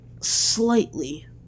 slightly